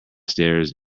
stairs